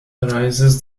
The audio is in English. arises